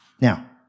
Now